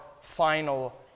final